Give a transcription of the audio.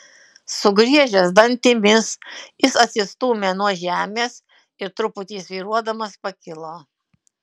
sugriežęs dantimis jis atsistūmė nuo žemės ir truputį svyruodamas pakilo